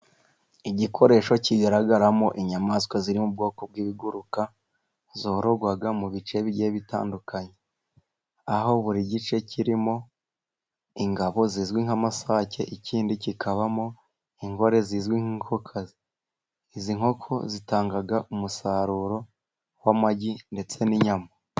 Igikoresho kigaragaramo inyamaswa ziri mu bwoko bw'ibiguruka, zororwa mu bice bigiye bitandukanye. Aho buri gice kirimo ingabo zizwi nk'amasake, ikindi kikabamo ingore zizwi nk'inkokokazi. Izi nkoko zitanga umusaruro w'amagi, ndetse n'inyama.